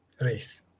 race